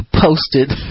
posted